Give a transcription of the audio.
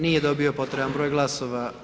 Nije dobio potreban broj glasova.